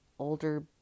older